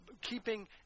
keeping